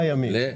ל-96